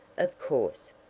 of course.